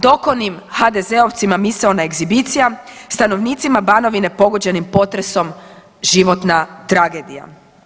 Dokonim HDZ-ovcima misaona ekshibicija, stanovnicima Banovine pogođenim potresom životna tragedija.